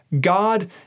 God